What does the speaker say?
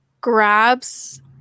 grabs